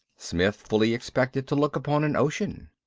smith fully expected to look upon an ocean.